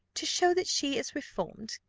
to show that she is reformed,